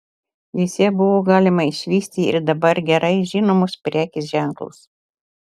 jose buvo galima išvysti ir dabar gerai žinomus prekės ženklus